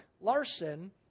Larson